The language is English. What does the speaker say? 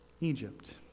Egypt